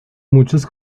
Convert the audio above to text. muchos